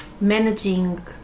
managing